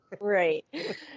right